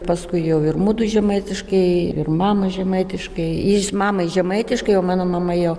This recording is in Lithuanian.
paskui jau ir mudu žemaitiškai ir mama žemaitiškai iš mamai žemaitiškai o mano mama jau